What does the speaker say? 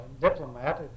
diplomat